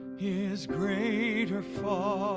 is greater far